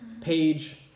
page